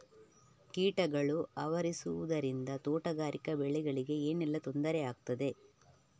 ಕೀಟಗಳು ಆವರಿಸುದರಿಂದ ತೋಟಗಾರಿಕಾ ಬೆಳೆಗಳಿಗೆ ಏನೆಲ್ಲಾ ತೊಂದರೆ ಆಗ್ತದೆ?